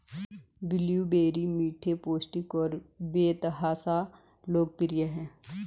blueberry मीठे, पौष्टिक और बेतहाशा लोकप्रिय हैं